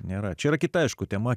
nėra čia yra kita aišku tema